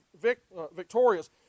victorious